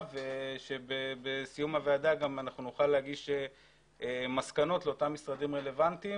שבסיום הוועדה נוכל להגיש מסקנות לאותם משרדים רלוונטיים